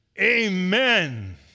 Amen